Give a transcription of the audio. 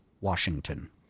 Washington